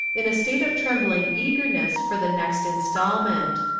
in a state of trembling eagerness for the next instalment.